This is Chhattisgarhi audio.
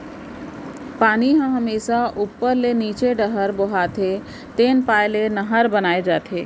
पानी ह हमेसा उप्पर ले नीचे डहर बोहाथे तेन पाय ले नहर बनाए जाथे